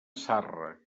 zarra